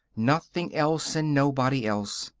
nothing else and nobody else.